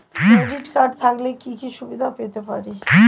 Credit card থাকলে কি কি সুবিধা পেতে পারি?